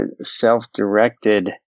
self-directed